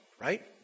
right